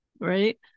right